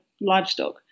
livestock